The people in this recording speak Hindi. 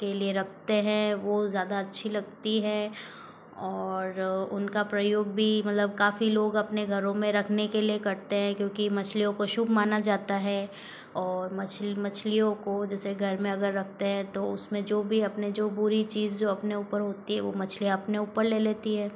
के लिए रखते हैं वो ज़्यादा अच्छी लगती हैं और उनका प्रयोग भी मतलब काफी लोग अपने घरों में रखने के लिए करते हैं क्योंकि मछलियों को शुभ माना जाता है और मछ मछलियों को जैसे घर में अगर रखते हैं तो उसमें जो भी अपने जो बुरी चीज़ अपने ऊपर होती है वो मछलियाँ अपने ऊपर ले लेती है